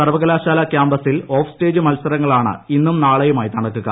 സർവകലാശാലാ ക്യാമ്പസിൽ off stage മത്സരങ്ങളാണ് ഇന്നും നാളെയുമായി നടക്കുക